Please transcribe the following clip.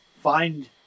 find